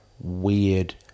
weird